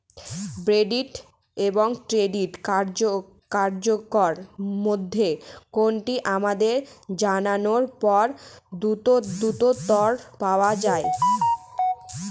Debit এবং credit card এর মধ্যে কোনটি আবেদন জানানোর পর দ্রুততর পাওয়া য়ায়?